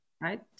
Right